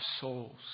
souls